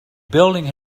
building